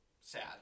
sad